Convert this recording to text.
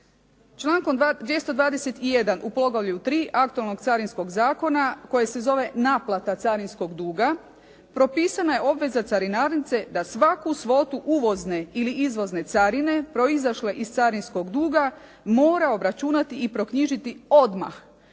Člankom 221. u poglavlju 3. aktualnog Carinskog zakona, koji se zove Naplata carinskog duga, propisana je obveza carinarnice da svaku svotu uvozne ili izvozne carine proizašle iz carinskog duga, mora obračunati i proknjižiti odmah